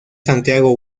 santiago